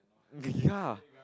ya